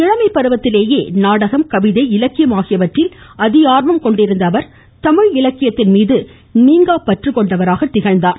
இளமைப் பருவத்திலேயே நாடகம் கவிதை இலக்கியம் தமகி ஆகியவற்றில் அதிக ஆர்வம் கொண்டிருந்த அவர் தமிழ் இலக்கியத்தின் மீது நீங்கா பற்று கொண்டவராக திகழ்ந்தார்